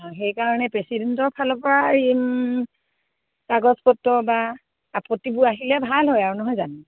অঁ সেইকাৰণে প্ৰেচিডেণ্টৰ ফালৰ পৰা এই কাগজপত্ৰ বা আপত্তিবোৰ আহিলে ভাল হয় আৰু নহয় জানো